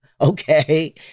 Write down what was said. Okay